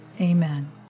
Amen